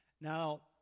Now